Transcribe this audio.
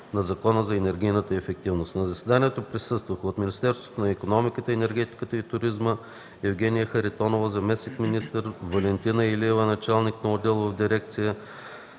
на Закона за енергийната ефективност. На заседанието присъстваха: от Министерството на икономиката, енергетиката и туризма – Евгения Харитонова, заместник-министър и Валентина Илиева, началник на отдел в дирекция;